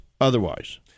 otherwise